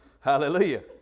Hallelujah